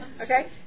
Okay